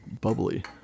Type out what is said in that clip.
bubbly